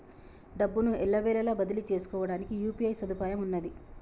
డబ్బును ఎల్లవేళలా బదిలీ చేసుకోవడానికి యూ.పీ.ఐ సదుపాయం ఉన్నది